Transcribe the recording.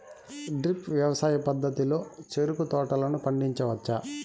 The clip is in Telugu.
డ్రిప్ వ్యవసాయ పద్ధతిలో చెరుకు తోటలను పండించవచ్చా